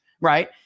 Right